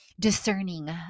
Discerning